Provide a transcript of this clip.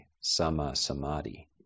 sama-samadhi